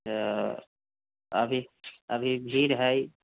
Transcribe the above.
तऽ अभी अभी भीड़ हइ